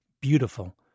beautiful